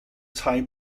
tai